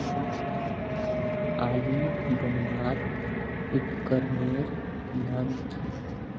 आली बनवार उपकरनेर नाम की?